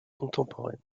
contemporaine